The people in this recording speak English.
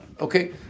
Okay